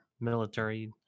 military